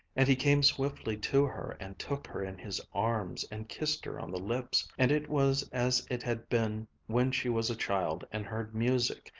and he came swiftly to her and took her in his arms and kissed her on the lips. and it was as it had been when she was a child and heard music,